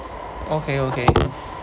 okay okay